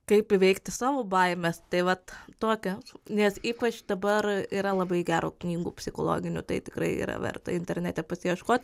kaip įveikti savo baimes tai vat tokia nes ypač dabar yra labai gerų knygų psichologinių tai tikrai yra verta internete pasiieškot